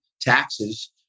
taxes